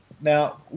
Now